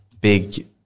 big